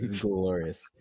glorious